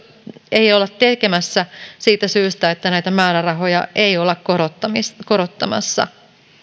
olla tekemässä siitä syystä että näitä määrärahoja ei olla korottamassa